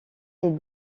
est